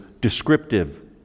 descriptive